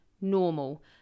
normal